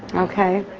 okay.